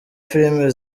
filimi